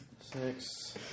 Six